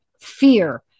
Fear